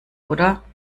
oder